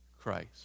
Christ